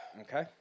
Okay